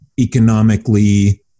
economically